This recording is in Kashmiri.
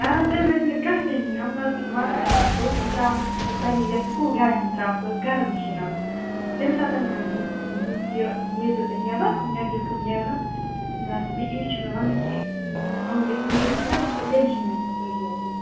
اوا تُہۍ بٔرۍزیٚو نہٕ کانٛہہ ٹیٚنشن یِم باقٕے واتَن اَصٕل پٲٹھۍ یِم ترٛاو ہوٚکھ أس پَنٛنی یَتھ سکوٗل گاڑِ منٛز تراو ہوکھ أسۍ گَرَن نِش تَمہِ ساتَن یہٕ نیٖرزیٚو تُہۍ نٮ۪بر نَزدیٖک پَہم نیٖرزیٚو بس بیٚیہِ یٖی چھُ مےٚ وَنُن کہِ یِمن گَژھِ لیٚٹ تھوڑا ٹیٚنشن ویٚنشن بٔرۍزیٚو نہٕ کیٚنٛہہ